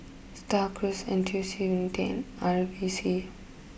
Star Cruise N T U C Unity and V C